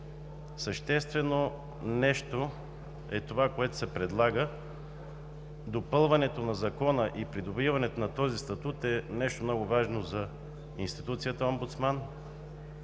Съществено нещо е това, което се предлага – допълването на Закона и придобиването на този статут е нещо много важно за институцията Омбудсман,